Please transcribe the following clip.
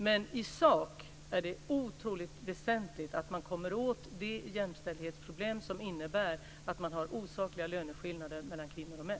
Men i sak är det otroligt väsentligt att man kommer åt det jämställdhetsproblem som innebär att det är osakliga löneskillnader mellan kvinnor och män.